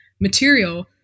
material